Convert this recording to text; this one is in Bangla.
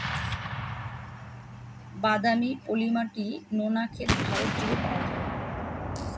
বাদামি, পলি মাটি, নোনা ক্ষেত ভারত জুড়ে পাওয়া যায়